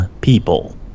people